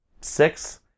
six